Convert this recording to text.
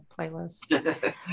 playlist